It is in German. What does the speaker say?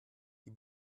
die